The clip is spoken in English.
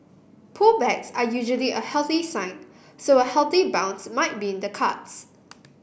pullbacks are usually a healthy sign so a healthy bounce might be in the cards